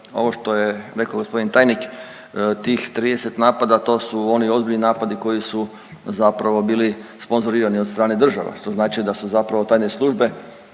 ovo što je rekao gospodin tajnik bih 30 napada to su oni ozbiljni napadi koji su zapravo bili sponzorirani od strane država, što znači da su zapravo tajne službe